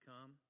come